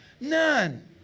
None